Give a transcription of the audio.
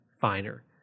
finer